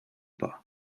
pas